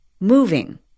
moving